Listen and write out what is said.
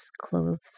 clothes